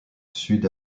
sud